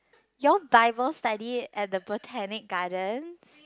you all bible study at the Botanic-Gardens